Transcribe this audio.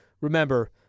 remember